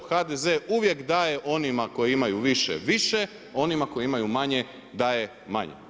HDZ uvijek daje onima koji imaju više više, a onima koji imaju manje daje manje.